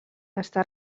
està